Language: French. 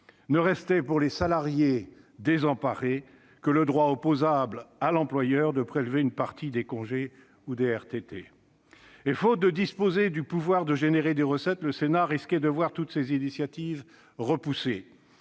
Ne restait, pour les salariés désemparés, que le droit opposable à l'employeur, de prélever une partie des congés ou des RTT. Ainsi, faute de disposer du pouvoir de créer des recettes, le Sénat risquait de voir repousser toutes ses initiatives. C'est